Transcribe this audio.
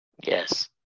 Yes